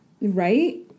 right